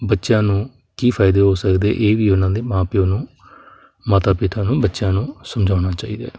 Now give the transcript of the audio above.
ਬੱਚਿਆਂ ਨੂੰ ਕੀ ਫਾਇਦੇ ਹੋ ਸਕਦੇ ਇਹ ਵੀ ਉਹਨਾਂ ਦੇ ਮਾਂ ਪਿਓ ਨੂੰ ਮਾਤਾ ਪਿਤਾ ਨੂੰ ਬੱਚਿਆਂ ਨੂੰ ਸਮਝਾਉਣਾ ਚਾਹੀਦਾ ਹੈ